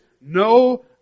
no